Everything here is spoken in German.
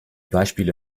beispiele